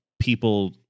people